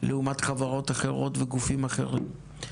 לעומת חברות אחרות וגופים אחרים?